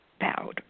bowed